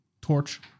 torch